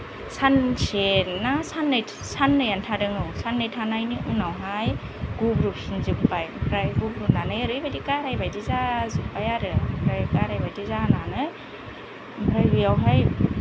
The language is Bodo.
सानसे ना साननै साननैयानो थादों औ साननै थानायनि उनावहाय गुब्रुफिनजोब्बाय ओमफ्राय गुब्रुनानै ओरैबायदि गारायबायदि जाजोब्बाय आरो ओमफ्राय गारायबायदि जानानै ओमफ्राय बेयावहाय